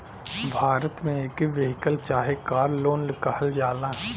भारत मे एके वेहिकल चाहे कार लोन कहल जाला